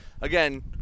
Again